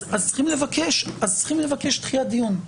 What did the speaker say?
אז צריכים לבקש דחיית דיון.